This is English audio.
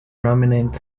prominent